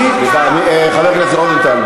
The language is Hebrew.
אני, סליחה, חבר הכנסת רוזנטל.